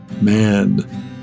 man